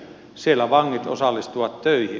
siellä vangit osallistuvat töihin